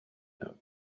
note